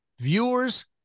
Viewers